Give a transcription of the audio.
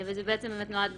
זה נועד